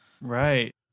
Right